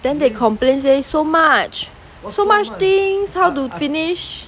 then they complain say so much so much things how to finish